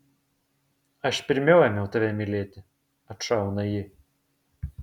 aš pirmiau ėmiau tave mylėti atšauna ji